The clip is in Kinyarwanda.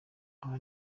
aba